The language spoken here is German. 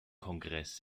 kongress